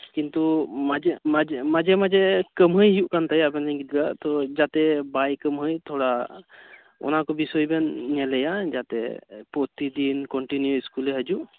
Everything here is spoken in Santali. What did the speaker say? ᱠᱤᱱᱛᱩ ᱢᱟᱡᱽ ᱢᱟᱡᱽ ᱢᱟᱡᱷᱮ ᱢᱟᱡᱷᱮ ᱠᱟᱹᱢᱦᱟᱹᱭ ᱦᱩᱭᱩᱜ ᱠᱟᱱ ᱛᱟᱭᱟ ᱟᱵᱮᱱ ᱨᱮᱱ ᱜᱤᱫᱽᱨᱟᱹᱣᱟᱜ ᱛᱚ ᱡᱟᱛᱮ ᱵᱟᱭ ᱠᱟᱹᱢᱦᱟᱹᱭ ᱛᱷᱚᱲᱟ ᱚᱱᱟ ᱠᱚ ᱵᱤᱥᱚᱭ ᱵᱮᱱ ᱧᱮᱞᱮᱭᱟ ᱡᱟᱛᱮ ᱯᱨᱚᱛᱤᱫᱤᱱ ᱠᱚᱴᱤᱱᱤᱭᱩ ᱤᱥᱠᱩᱞᱮ ᱦᱟᱡᱩᱜ